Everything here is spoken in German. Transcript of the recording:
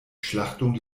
schlachtung